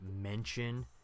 mention